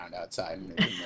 outside